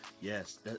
yes